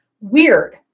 weird